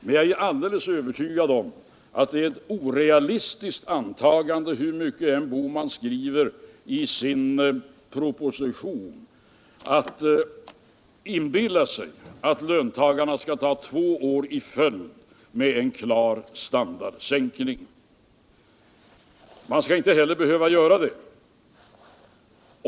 Men jag är alldeles övertygad om att det är orealistiskt, hur mycket än herr Bohman skriver i sin proposition, att inbilla sig att löntagarna skall ta två år i följd med en klar standardsänkning. De skall inte heller behöva göra det.